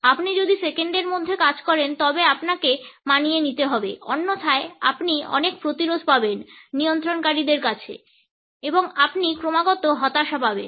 আপনি যদি সেকেন্ডের মধ্যে কাজ করেন তবে আপনাকে মানিয়ে নিতে হবে অন্যথায় আপনি অনেক প্রতিরোধ পাবেন নিয়ন্ত্রণকারীদের কাছে এবং আপনি ক্রমাগত হতাশা পাবেন